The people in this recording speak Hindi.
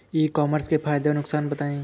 ई कॉमर्स के फायदे और नुकसान बताएँ?